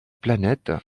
planète